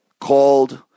called